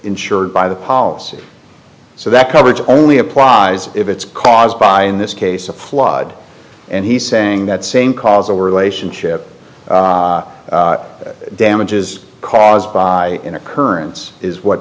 insured by the policy so that coverage only applies if it's caused by in this case a flawed and he's saying that same causal relationship damages caused by an occurrence is what